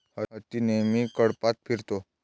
हत्ती नेहमी कळपात फिरतो